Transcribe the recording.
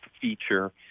feature